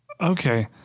Okay